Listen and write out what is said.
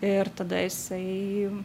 ir tada jisai